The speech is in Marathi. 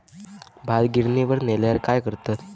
भात गिर्निवर नेल्यार काय करतत?